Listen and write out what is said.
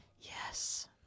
Yes